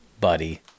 buddy